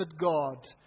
God